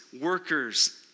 workers